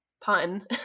pun